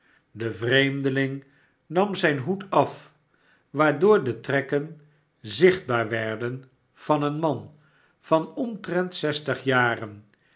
de vreemdeling nam zijn hoed af waardoor de txekken zichtbaar werden van een man van omtrent zestig jaren